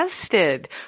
tested